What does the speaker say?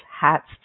hats